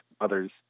others